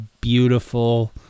beautiful